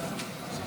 אנחנו עוד לא שם.